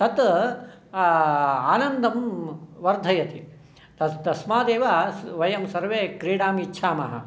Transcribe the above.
तत् आनन्दं वर्धयति तस्मादेव वयं सर्वे क्रीडामिच्छामः